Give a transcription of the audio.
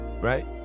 right